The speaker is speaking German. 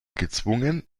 gezwungen